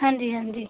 ਹਾਂਜੀ ਹਾਂਜੀ